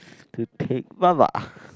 to take baba